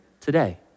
today